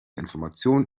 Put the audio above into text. informationen